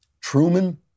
Truman